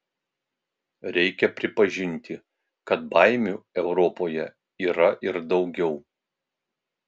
reikia pripažinti kad baimių europoje yra ir daugiau